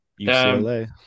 UCLA